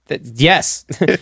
yes